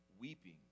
weeping